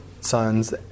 sons